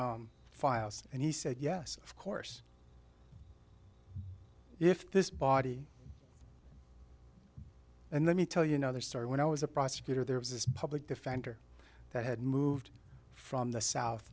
work files and he said yes of course if this body and let me tell you know their story when i was a prosecutor there was this public defender that had moved from the south